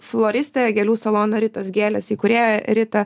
floristinę gėlių salono ritos gėlės įkūrėją ritą